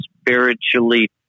spiritually